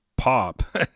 pop